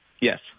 Yes